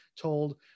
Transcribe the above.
told